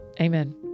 Amen